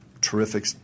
terrific